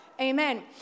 Amen